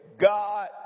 God